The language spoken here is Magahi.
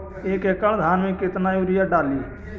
एक एकड़ धान मे कतना यूरिया डाली?